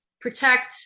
protect